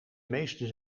meest